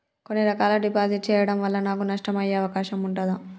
కొన్ని రకాల డిపాజిట్ చెయ్యడం వల్ల నాకు నష్టం అయ్యే అవకాశం ఉంటదా?